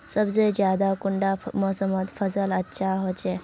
सबसे ज्यादा कुंडा मोसमोत फसल अच्छा होचे?